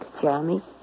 Jeremy